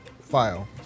File